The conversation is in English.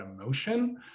emotion